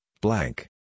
blank